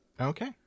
Okay